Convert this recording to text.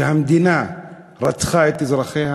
שהמדינה רצחה את אזרחיה?